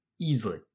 easily